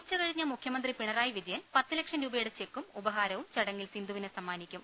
ഉച്ചകഴിഞ്ഞ് മുഖ്യമന്ത്രി പിണറായി വിജയൻ പത്ത് ലക്ഷം രൂപയുടെ ചെക്കും ഉപഹാ രവും ചടങ്ങിൽ സിന്ധുവിന് സമ്മാനിക്കും